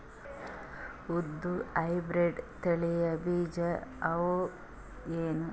ಉದ್ದ ಹೈಬ್ರಿಡ್ ತಳಿಗಳ ಬೀಜ ಅವ ಏನು?